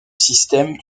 système